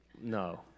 No